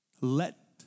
Let